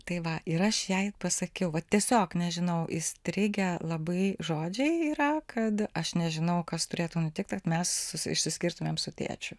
tai va ir aš jai pasakiau va tiesiog nežinau įstrigę labai žodžiai yra kad aš nežinau kas turėtų nutikt kad mes išsiskirtumėm su tėčiu